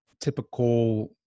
typical